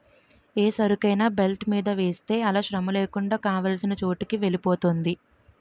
ఏ సరుకైనా బెల్ట్ మీద వేస్తే అలా శ్రమలేకుండా కావాల్సిన చోటుకి వెలిపోతుంది